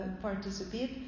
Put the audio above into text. participate